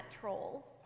trolls